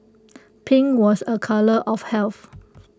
pink was A colour of health